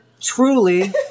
truly